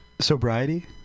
sobriety